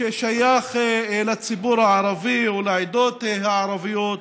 ששייך לציבור הערבי או לעדות הערביות.